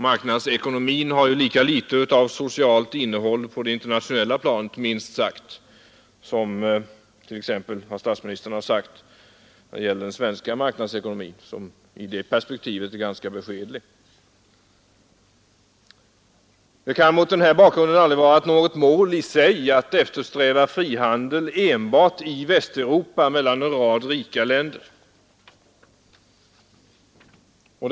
Marknadsekonomin och konkurrensen har ju lika litet av socialt innehåll på det internationella planet som den enligt statsministern har här i Sverige — den svenska marknadsekonomin är i det perspektivet ganska beskedlig. Det kan mot den här bakgrunden aldrig vara något mål i sig att eftersträva ett frihandelsavtal i Västeurdpa mellan en rad rika länder. För vår del har det gällt att undvika diskriminering.